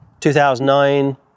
2009